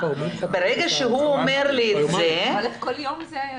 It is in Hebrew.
ברגע שהוא אומר לי את זה, עלי